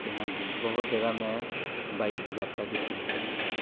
ਅਤੇ ਹਾਂਜੀ ਬਹੁਤ ਜਗ੍ਹਾ ਮੈਂ ਬਾਈਕ ਦੀ ਯਾਤਰਾ ਕੀਤੀ ਹੈ